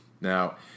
Now